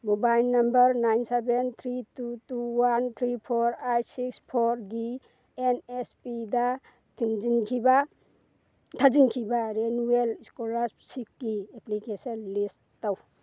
mobile number nine seven three two two one three four eight six ꯐꯣꯔꯒꯤ N S ꯄꯤꯗ ꯊꯥꯖꯤꯟꯈꯤꯕ renewal ꯏꯁꯀꯣꯂꯔꯁꯤꯞꯀꯤ application ꯂꯤꯁ ꯇꯧ